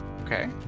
Okay